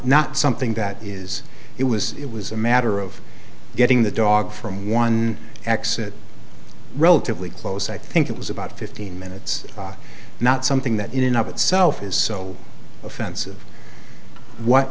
not something that is it was it was a matter of getting the dog from one exit relatively close i think it was about fifteen minutes not something that in and of itself is so offensive what